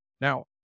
Now